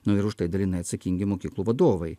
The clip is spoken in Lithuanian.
nu ir už tai dalinai atsakingi mokyklų vadovai